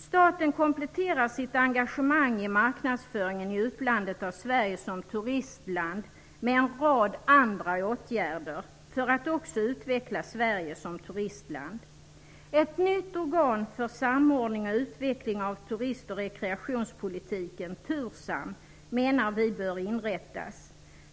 Staten kompletterar sitt engagemang i marknadsföringen i utlandet av Sverige som turistland med en rad andra åtgärder för att också utveckla Sverige som turistland. Ett nytt organ för samordning och utveckling av turist och rekreationspolitiken, TURSAM, menar vi bör inrättas.